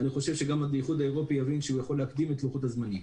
אני חושב שגם האיחוד האירופי יבין שהוא יכול להקדים את לוחות הזמנים.